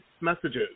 messages